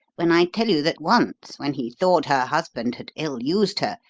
when i tell you that once when he thought her husband had ill-used her,